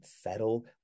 settle